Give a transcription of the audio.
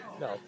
No